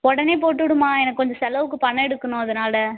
உடனே போட்டுவிடும்மா எனக்கு கொஞ்சம் செலவுக்கு பணம் எடுக்கனும் அதனால்